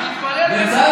בצלאל,